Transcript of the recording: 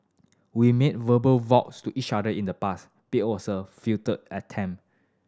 we made verbal vows to each other in the past be also futile attempt